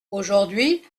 aujourd’hui